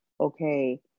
Okay